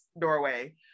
doorway